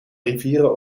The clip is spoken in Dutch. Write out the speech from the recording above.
rivieren